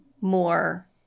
more